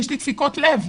יש לי דפיקות לב.